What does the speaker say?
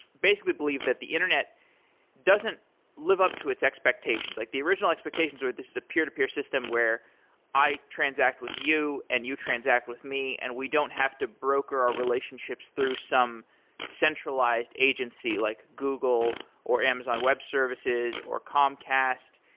basically, believed that the internet doesn't live up to its expectations. like the original expectations where this is a peer-to-peer system where i transact with you and you transact with me, and we don't have broker our broker our relationship through some centralized agency, like google, or amazon web services, or comcast.